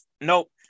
Nope